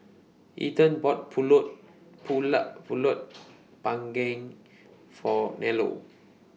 Ethan bought Pulut Pulut Panggang For Nello